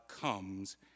comes